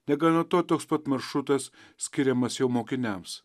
negana to toks pat maršrutas skiriamas jo mokiniams